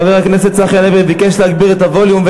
חבר הכנסת צחי הנגבי ביקש להגביר את הווליום,